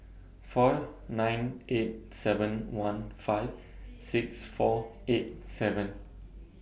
four nine eight seven one five six four eight seven